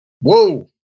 Whoa